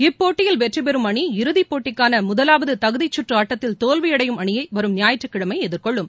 இப்போட்டியில் வெற்றி பெறும் அணி இறதிப்போட்டிக்கான முதலாவது தகுதிக்கற்று ஆட்டத்தில் தோல்வியடையும் அணியை வரும் ஞாயிற்றுக்கிழமை எதிர்கொள்ளும்